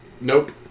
Nope